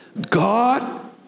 God